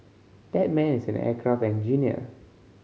that man is an aircraft engineer